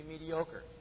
mediocre